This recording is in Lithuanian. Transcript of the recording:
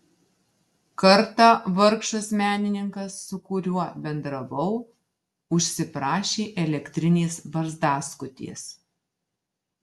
kartą vargšas menininkas su kuriuo bendravau užsiprašė elektrinės barzdaskutės